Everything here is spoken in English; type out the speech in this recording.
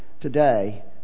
today